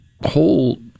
whole